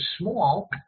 small